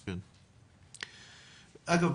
אגב,